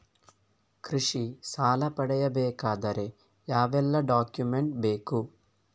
ಕೃಷಿ ಸಾಲ ಪಡೆಯಬೇಕಾದರೆ ಯಾವೆಲ್ಲ ಡಾಕ್ಯುಮೆಂಟ್ ಬೇಕು?